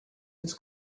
his